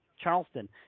Charleston